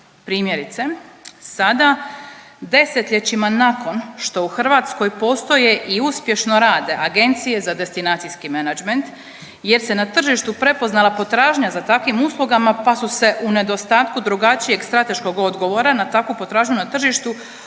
Primjerice, sada 10-ljećina nakon što u Hrvatskoj postoje i uspješno rade Agencije za destinacijski menadžment jer se na tržištu prepoznala potražnja za takvim uslugama, pa su se u nedostatku drugačijeg strateškog odgovora na takvu potražnju na tržištu organizirali